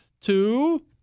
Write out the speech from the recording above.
Two